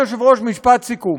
אדוני היושב-ראש, משפט סיכום.